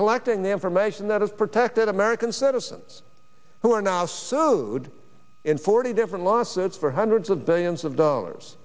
collecting the information that is protected american citizens who are now sued in forty different lawsuits for hundreds of billions of dollars